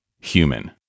Human